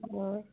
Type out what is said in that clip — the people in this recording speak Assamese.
অঁ